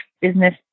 business